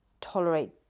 tolerate